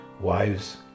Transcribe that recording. Wives